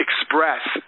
express